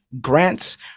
grants